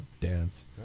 dance